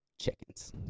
chickens